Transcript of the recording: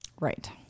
Right